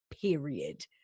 period